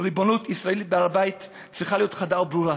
ריבונות ישראלית בהר-הבית צריכה להיות חדה וברורה,